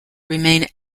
remain